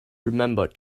remember